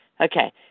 Okay